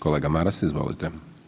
Kolega Maras, izvolite.